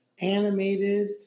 animated